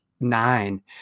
nine